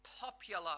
popular